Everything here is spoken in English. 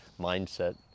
mindset